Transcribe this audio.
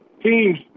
teams